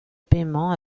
paiement